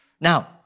Now